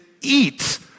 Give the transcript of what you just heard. eat